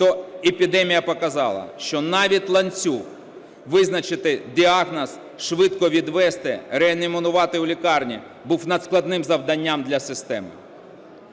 то епідемія показала, що навіть ланцюг – визначити діагноз, швидко відвезти, реанімувати у лікарні – був надскладним завданням для системи.